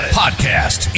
podcast